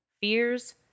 fears